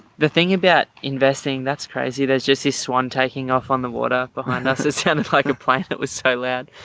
the thing about investing that's crazy, there's just this one taking off on the water behind us is kind of like a planet. it was thailand,